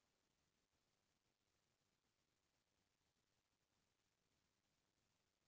पहली पहिली गाँव म घरो घर बनेच गाय गरूवा राखयँ